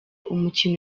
umukino